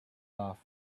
love